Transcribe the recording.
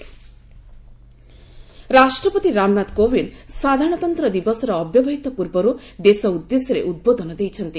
president address ରାଷ୍ଟ୍ରପତି ରାମନାଥ କୋବିନ୍ଦ ସାଧାରଣତନ୍ତ୍ର ଦିବସର ଅବ୍ୟବହିତ ପୂର୍ବରୁ ଦେଶ ଉଦ୍ଦେଶ୍ୟରେ ଉଦ୍ବୋଧନ ଦେଇଛନ୍ତି